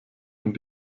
und